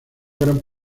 gran